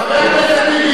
הם רוצים מלחמה.